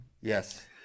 yes